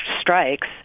strikes